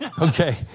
Okay